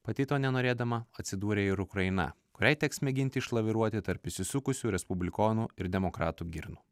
pati to nenorėdama atsidūrė ir ukraina kuriai teks mėginti išlaviruoti tarp įsisukusių respublikonų ir demokratų girnų